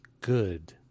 good